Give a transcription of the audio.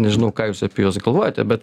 nežinau ką jūs apie juos galvojate be